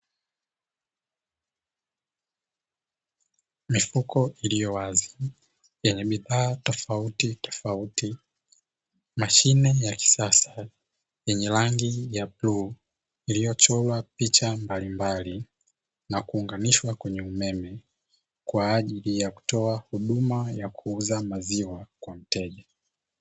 Mifuko iliyo wazi, yenye vifaa tofauti tofauti, mashine ya kisasa yenye rangi ya bluu iliyochorwa picha mbalimbali na kuunganishwa kwenye umeme kwa ajili ya kutoa huduma ya kuuza maziwa kwa mteja.